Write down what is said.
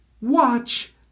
Watch